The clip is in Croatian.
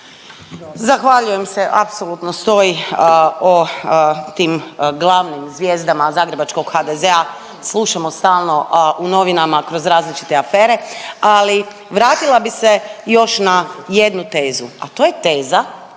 Zahvaljujem se. Apsolutno stoji o tim glavnim zvijezdama zagrebačkog HDZ-a. Slušamo stalno u novinama kroz različite afere ali vratila bih se još na jednu tezu, a to je teza,